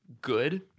good